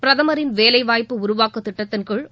பிரதமரின் வேலைவாய்ப்பு உருவாக்கத் திட்டத்தின்கீழ்